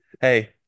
Hey